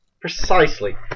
Precisely